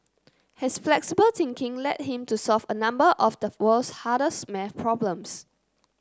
his flexible thinking led him to solve a number of the world's hardest math problems